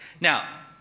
Now